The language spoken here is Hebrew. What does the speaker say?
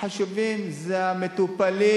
החשובים הם המטופלים.